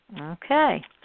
Okay